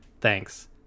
thanks